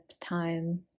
time